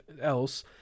else